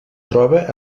troba